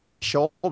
shoulder